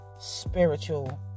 spiritual